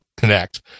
Connect